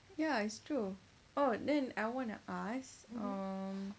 ya it's true oh then I wanna ask um